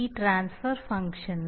ഈ ട്രാൻസ്ഫർ ഫംഗ്ഷന്